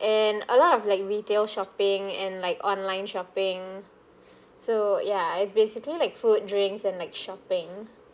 and a lot of like retail shopping and like online shopping so ya it's basically like food drinks and like shopping